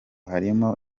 harimo